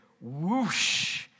whoosh